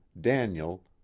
Daniel